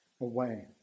away